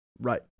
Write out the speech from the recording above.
Right